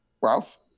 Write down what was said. Ralph